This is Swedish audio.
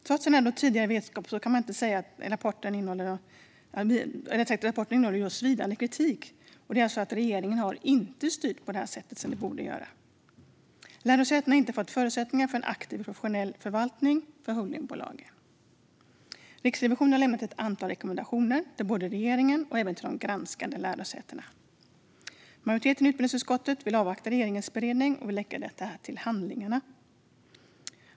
Trots denna tidigare vetskap innehåller Riksrevisionens rapport svidande kritik mot hur regeringen inte har styrt detta. Lärosätena har inte fått förutsättningar för en aktiv och professionell förvaltning av holdingbolagen. Riksrevisionen har lämnat ett antal rekommendationer till både regeringen och de granskade lärosätena. Majoriteten i utbildningsutskottet vill avvakta regeringens beredning och lägga detta till handlingarna.